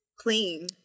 clean